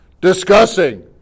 discussing